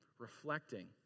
reflecting